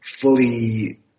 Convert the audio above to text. fully